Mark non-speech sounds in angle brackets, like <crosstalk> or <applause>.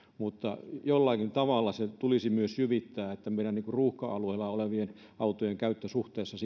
jollakin tavalla tulisi myös jyvittää meidän ruuhka alueilla olevien autojen käyttö suhteessa <unintelligible>